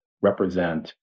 represent